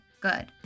good